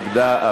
נגדה,